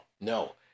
No